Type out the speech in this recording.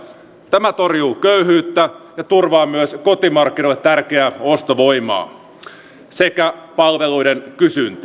tämä torjuu köyhyyttä ja turvaa myös kotimarkkinoille tärkeää ostovoimaa sekä palveluiden kysyntää